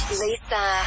lisa